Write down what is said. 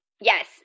Yes